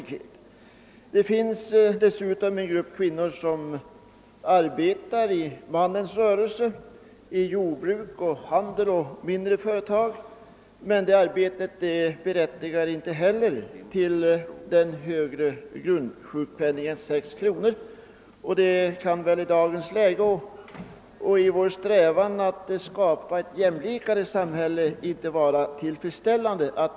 Det finns dessutom en grupp kvinnor som arbetar i mannens rörelse — i jordbruk, handel och mindre företag — men inte heller det arbetet berättigar till en automatiskt högre grundsjukpenning än 6 kronor. I dagens läge och med tanke på vår strävan att skapa ett jämlikare samhälle kan detta inte vara tillfredsställande.